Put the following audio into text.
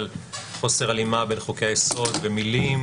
על חוסר הלימה בין חוקי-היסוד במילים,